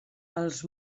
els